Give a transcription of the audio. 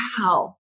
wow